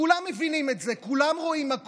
כולם מבינים את זה, כולם רואים מה קורה.